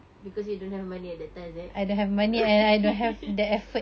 because you don't have the money at that time is it